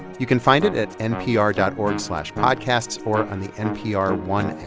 you can find it at npr dot org slash podcasts or on the npr one